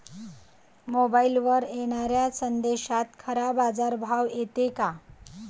मोबाईलवर येनाऱ्या संदेशात खरा बाजारभाव येते का?